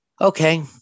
okay